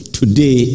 today